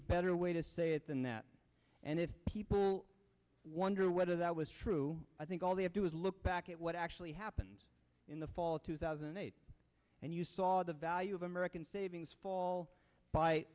better way to say it than that and if people wonder whether that was true i think all they have do is look back at what actually happens in the fall of two thousand and eight and you saw the value of american savings fall by